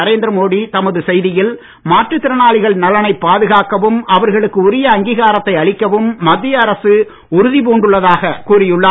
நரேந்திர மோடி தமது செய்தியில் மாற்றுத் திறனாளிகள் நலனைப் பாதுகாக்கவும் அவர்களுக்கு உரிய அங்கீகாரத்தை அளிக்கவும் மத்திய அரசு உறுதி பூண்டுள்ளதாகக் கூறியுள்ளார்